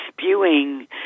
spewing